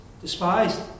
despised